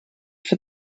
for